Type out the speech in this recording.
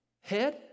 head